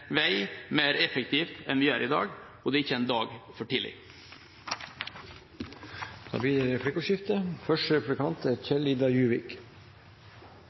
vei mer effektivt enn vi gjør i dag, og det er ikke en dag for tidlig. Det blir replikkordskifte. I denne saken ligger det flere ting, og det ene er